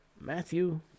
Matthew